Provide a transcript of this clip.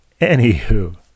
Anywho